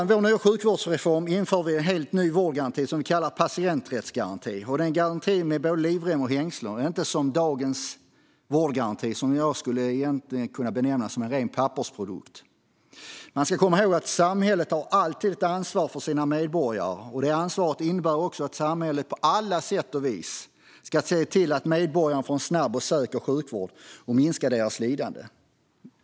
Med vår sjukvårdsreform skulle vi införa en helt ny vårdgaranti, som vi kallar patienträttsgaranti. Den garantin har både livrem och hängslen - inte som dagens vårdgaranti, som jag egentligen skulle kunna benämna som en ren pappersprodukt. Man ska komma ihåg att samhället alltid har ett ansvar för sina medborgare och att det ansvaret även innebär att samhället på alla sätt och vis ska se till att medborgarna får en snabb och säker sjukvård som minskar deras lidande.